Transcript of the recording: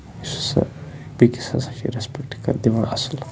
یُس ہسا بیٚکِس ہَسا چھِ یہِ رٮ۪سپٮ۪کٹ دِوان اَصٕل